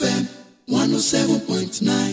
107.9